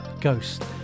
ghost